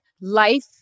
life